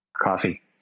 Coffee